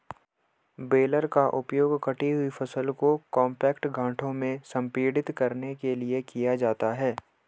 baler का उपयोग कटी हुई फसल को कॉम्पैक्ट गांठों में संपीड़ित करने के लिए किया जाता है